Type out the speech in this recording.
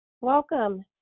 Welcome